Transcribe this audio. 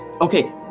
okay